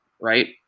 right